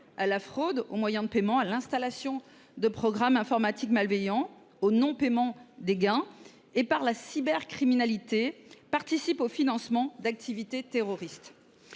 à la fraude aux moyens de paiement, à l’installation de programmes informatiques malveillants, au non paiement des gains et, au travers de la cybercriminalité, participe au financement d’activités terroristes.